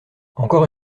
encore